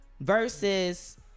versus